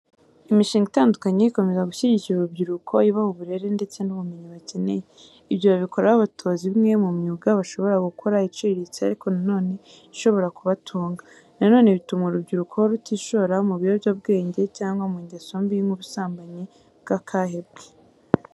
Imishinga itandukanye ikomeza gushyigikira urubyiruko ibaha uburere ndetse n'ubumenyi bakeneye. Ibyo babikora babatoza imwe mu myuga bashobora gukora iciriritse ariko nanone ishobora kubatunga. Na none bituma urubyiruko rutishora mu ibiyobyabwenge cyangwa mu ngeso mbi nk'ubusambanyi bw'akahebwe.